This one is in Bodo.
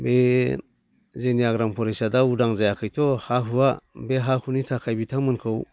बे जोंनि आग्राम फरेस्टआ दा उदां जायाखैथ' हा हुआ बे हा हुनि थाखाय बिथांमोनखौ